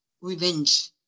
revenge